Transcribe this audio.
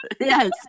yes